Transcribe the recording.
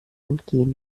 entgehen